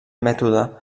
mètode